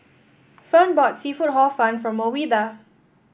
Fern bought seafood Hor Fun for Ouida